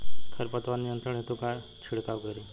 खर पतवार नियंत्रण हेतु का छिड़काव करी?